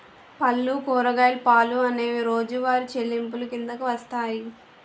పళ్ళు కూరగాయలు పాలు అనేవి రోజువారి చెల్లింపులు కిందకు వస్తాయి